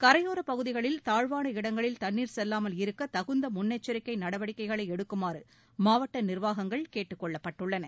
கரையோரப் பகுதிகளில் தாழ்வான இடங்களில் தண்ணீர் செல்லாமல் இருக்க தகுந்த முன்னெச்சரிக்கை நடவடிக்கைகளை எடுக்குமாறு மாவட்ட நிர்வாகங்கள் கேட்டுக்கொள்ளப்பட்டுள்ளன